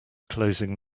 closing